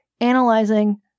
analyzing